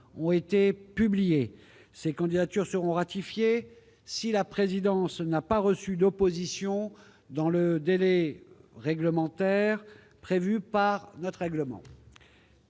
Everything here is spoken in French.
ont été publiées. Ces candidatures seront ratifiées si la présidence n'a pas reçu d'opposition dans le délai d'une heure prévu par notre règlement.